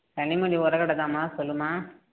கனிமொழி உர கடை தான்மா சொல்லும்மா